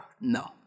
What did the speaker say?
No